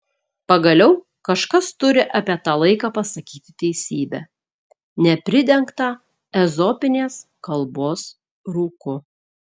pagaliau kažkas turi apie tą laiką pasakyti teisybę nepridengtą ezopinės kalbos rūku